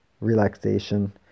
relaxation